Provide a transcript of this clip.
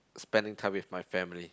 spending time with my family